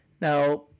Now